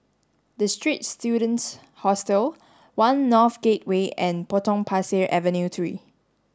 The Straits Students Hostel One North Gateway and Potong Pasir Avenue three